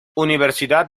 universidad